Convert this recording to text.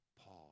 Pause